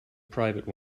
private